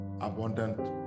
abundant